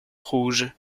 rouge